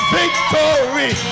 victory